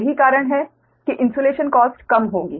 यही कारण है कि इन्सुलेशन कॉस्ट कम होगी